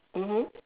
mmhmm